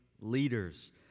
leaders